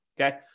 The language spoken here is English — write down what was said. Okay